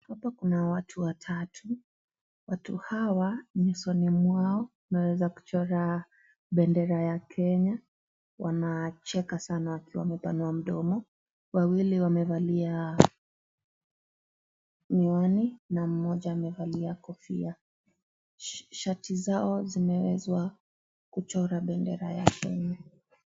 Hapa kuna watu watatu ,watu hawa nyusoni mwao wameweza kuchora bendera ya Kenya wanacheka sana wakiwa wamepanua mdomo ,wawili wamevalia miwani na mmoja amevalia kofia shati zao zimewezwa kuchorwa bendera ya Kenya.